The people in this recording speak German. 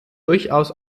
durchaus